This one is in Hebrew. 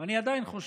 ואני עדיין חושב,